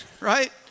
right